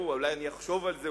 אולי אני אחשוב על זה,